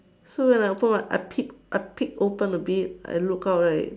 so when I open my I peep I peep open a bit I look out right